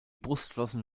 brustflossen